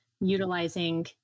utilizing